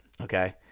okay